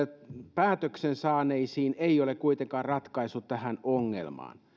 päätöksen saaneisiin ei ole kuitenkaan ratkaisu tähän ongelmaan